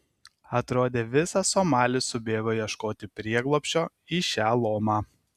atrodė visas somalis subėgo ieškoti prieglobsčio į šią lomą